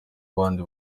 abandi